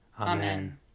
Amen